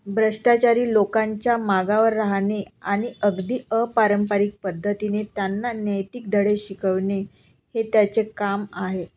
भ्रष्टाचारी लोकांच्या मागावर राहणे आणि अगदी अपारंपरिक पद्धतीने त्यांना नैतिक धडे शिकवणे हे त्यांचे काम आहे